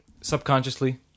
Subconsciously